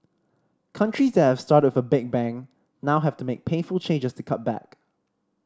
countries that have started with a big bang now have to make painful changes to cut back